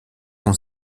con